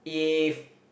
if